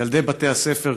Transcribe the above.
ילדי בתי הספר,